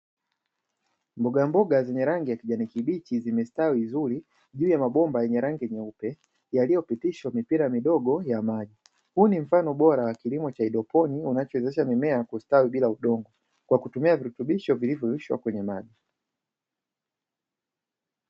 Mbogamboga zenye rangi ya kijani kibichi zimestawi vizuri juu ya mabomba yenye rangi nyeupe, yaliyopitishwa mipira midogo ya maji. Huu ni mfano bora wa kilimo cha haidroponi kinachowezesha mimea kustawi bila udongo kwa kutumia virutubisho vilivyoyeyushwa kwenye maji.